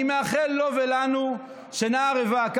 אני מאחל לו ולנו שינה ערבה.